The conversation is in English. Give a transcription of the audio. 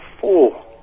four